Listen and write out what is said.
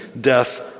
death